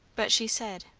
but she said,